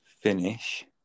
finish